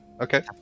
Okay